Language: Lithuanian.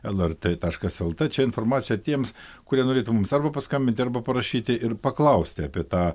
lrt taškas lt čia informacija tiems kurie norėtų mus arba paskambinti arba parašyti ir paklausti apie tą